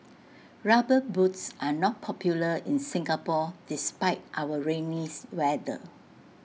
rubber boots are not popular in Singapore despite our rainy weather